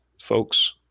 folks